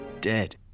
dead